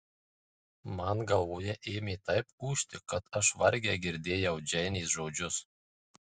man galvoje ėmė taip ūžti kad aš vargiai girdėjau džeinės žodžius